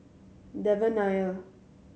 Devan Nair